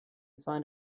find